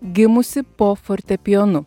gimusi po fortepijonu